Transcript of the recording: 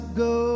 go